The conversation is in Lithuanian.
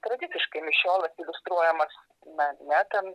tradiciškai mišiolas iliustruojamas na ne ten